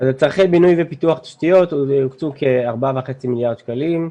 אז לצרכי בינוי ופיתוח תשתיות הוקצו כ-4.5 מיליארד שקלים.